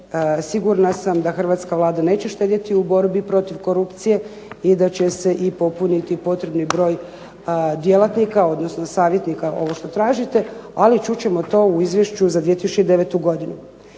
sigurna sam da Hrvatska vlada neće štedjeti u borbi protiv korupcije i da će se i popuniti potrebni broj djelatnika, odnosno savjetnika ovo što tražite. Ali čut ćemo to u Izvješću za 2009. godinu.